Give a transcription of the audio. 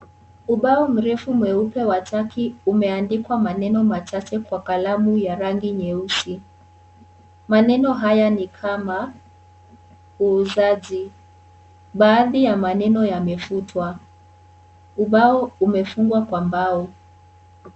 Ubao mrefu mweupe wa chaki umeandikwa maneno machache kwa kalamu ya rangi nyeusi , maneno haya ni kama uuzaji, baadhi ya maneno yamefutwa ubao umefungwa kwa mbao.